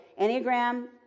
Enneagram